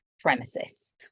premises